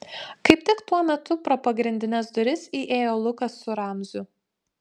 kaip tik tuo metu pro pagrindines duris įėjo lukas su ramziu